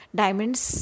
diamonds